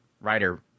writer